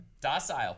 Docile